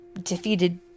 defeated